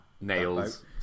Nails